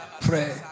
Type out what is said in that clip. pray